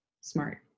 smart